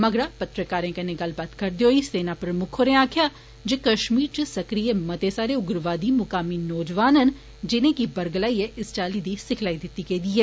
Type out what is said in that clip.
मगरा पत्रकारे कन्नै गल्ल करर्द होई सेना प्रमुक्ख होरें आक्खेआ जे कश्मीर च सक्रिय मते सारे उग्रवादी मुकामी नौजोआन न जिनें गी बरगलाइयै इस चाल्ली दी सिखलाई दिती गेदी ऐ